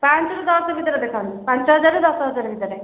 ପାଞ୍ଚରୁ ଦଶ ଭିତରେ ଦେଖାନ୍ତୁ ପାଞ୍ଚ ହଜାରରୁ ଦଶ ହଜାର ଭିତରେ